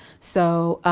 so,